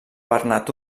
bernat